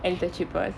and it's the cheapest